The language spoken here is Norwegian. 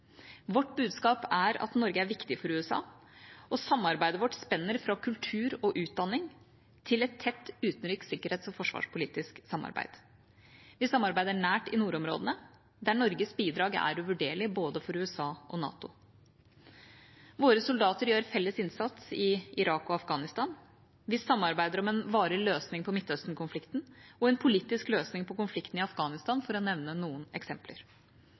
Vårt budskap er at Norge er viktig for USA, og samarbeidet vårt spenner fra kultur og utdanning til et tett utenriks-, sikkerhets- og forsvarspolitisk samarbeid. Vi samarbeider nært i nordområdene, der Norges bidrag er uvurderlig for både USA og NATO. Våre soldater gjør felles innsats i Irak og Afghanistan. Vi samarbeider om en varig løsning på Midtøsten-konflikten og en politisk løsning på konflikten i Afghanistan – for å nevne noen eksempler.